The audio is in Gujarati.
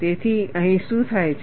તેથી અહીં શું થાય છે